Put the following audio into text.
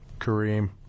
Kareem